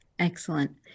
Excellent